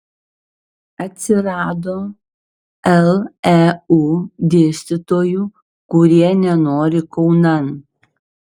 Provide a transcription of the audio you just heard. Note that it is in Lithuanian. atsirado leu dėstytojų kurie nenori kaunan